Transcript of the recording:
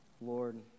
Lord